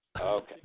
Okay